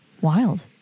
Wild